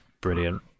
brilliant